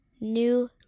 New